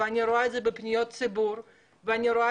ואני רואה את זה בפניות ציבור ואני רואה